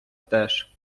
теж